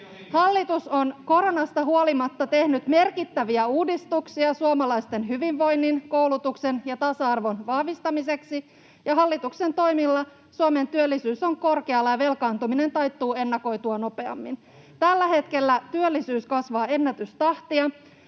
Hallitus on koronasta huolimatta tehnyt merkittäviä uudistuksia suomalaisten hyvinvoinnin, koulutuksen ja tasa-arvon vahvistamiseksi, ja hallituksen toimilla Suomen työllisyys on korkealla ja velkaantuminen taittuu ennakoitua nopeammin. Tällä hetkellä työllisyys kasvaa ennätystahtia.